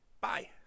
bye